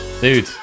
Dude